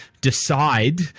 decide